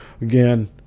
again